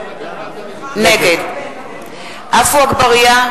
נגד עפו אגבאריה,